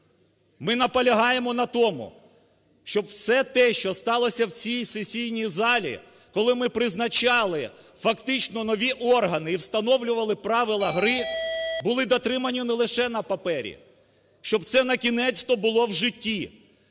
Ми на полягаємо на тому, щоб все те, що сталося в цій сесійній залі, коли ми призначали фактично нові органи і встановлювали правила гри, були дотримані не лише на папері, щоб це на кінець-то було в житті.